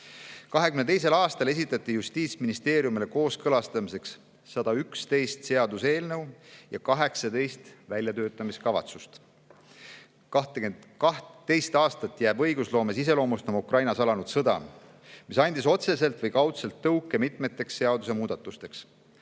2022. aastal esitati Justiitsministeeriumile kooskõlastamiseks 111 seaduseelnõu ja 18 väljatöötamiskavatsust. Aastat 2022 jääb õigusloomes iseloomustama Ukrainas alanud sõda, mis andis otseselt või kaudselt tõuke mitmeteks seadusemuudatusteks.